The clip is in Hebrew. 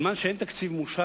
בזמן שאין תקציב מאושר,